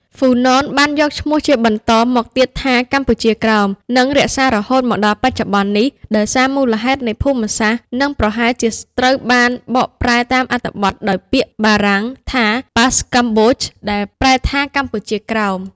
ហ៊្វូណន បានយកឈ្មោះជាបន្តមកទៀតថា កម្ពុជាក្រោម និងរក្សារហូតមក ដល់បច្ចុប្បន្ននេះ ដោយសារមូលហេតុនៃភូមិសាស្ត្រនិងប្រហែលជាត្រូវបានបកប្រែតាមអត្ថបទដោយពាក្យបារាំងថា Bas-Cambodge ដែលប្រែថា កម្ពុជា ក្រោម ។